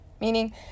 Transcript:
Meaning